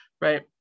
right